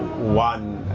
one